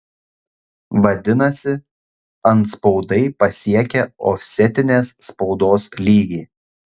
vadinasi antspaudai pasiekė ofsetinės spaudos lygį